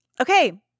okay